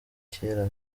kera